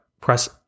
press